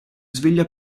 sveglia